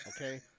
Okay